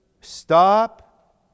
stop